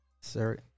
sir